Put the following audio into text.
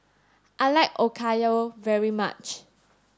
I like Okayu very much